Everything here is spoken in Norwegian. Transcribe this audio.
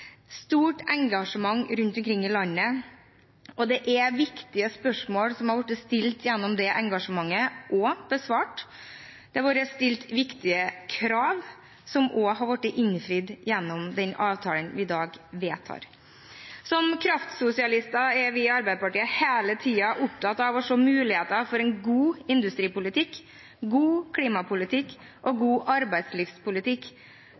stort engasjement rundt omkring i landet. Viktige spørsmål har blitt stilt gjennom det engasjementet, og de er blitt besvart. Det har vært stilt viktige krav, som også har blitt innfridd gjennom den avtalen vi i dag vedtar. Som kraftsosialister er vi i Arbeiderpartiet hele tiden opptatt av å se muligheter for en god industripolitikk, en god klimapolitikk og